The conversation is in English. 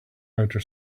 outer